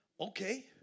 Okay